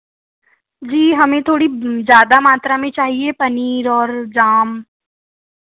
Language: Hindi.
जी हमें थोड़ी ज़्यादा मात्रा में चाहिए पनीर और जाम